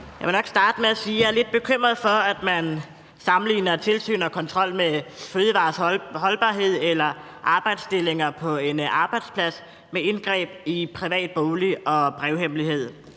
Jeg vil nok starte med at sige, at jeg er lidt bekymret for, at man sammenligner tilsyn og kontrol med fødevarers holdbarhed eller arbejdsstillinger på en arbejdsplads med indgreb i privat bolig og brud på brevhemmelighed.